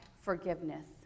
forgiveness